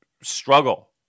struggle